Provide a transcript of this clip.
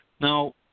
Now